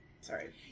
Sorry